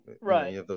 Right